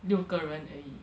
六个人而已